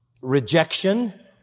rejection